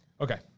Okay